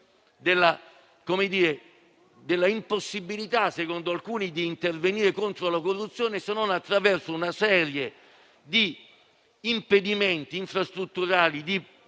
dell'impossibilità, secondo alcuni, di intervenire contro la corruzione se non attraverso una serie di impedimenti infrastrutturali, di